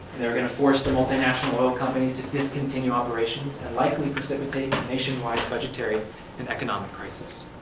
and force the multinational companies to discontinue operations, and likely precipitating nationwide budgetary and economic crises.